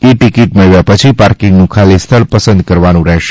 ઇ ticket મેળવ્યા પછી પાર્કિંગનું ખાલી સ્થળ પસંદ કરવાનું રહેશે